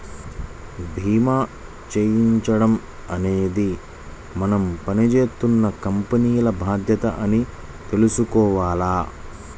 భీమా చేయించడం అనేది మనం పని జేత్తున్న కంపెనీల బాధ్యత అని తెలుసుకోవాల